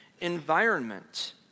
environment